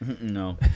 No